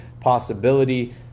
possibility